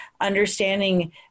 understanding